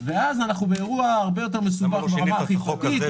ואז אנחנו באירוע הרבה יותר מסובך ברמה האכיפתית,